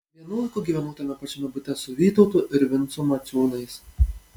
vienu laiku gyvenau tame pačiame bute su vytautu ir vincu maciūnais